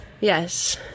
Yes